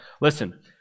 listen